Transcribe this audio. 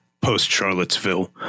post-Charlottesville